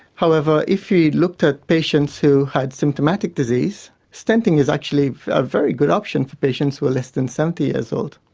however if we looked at patients who had symptomatic disease stenting is actually a very good option for patients who are less than seventy years old.